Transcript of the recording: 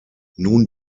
nun